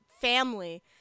family